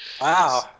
Wow